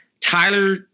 Tyler